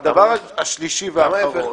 הדבר השלישי והאחרון,